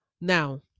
Now